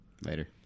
Later